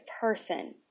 person